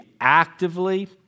actively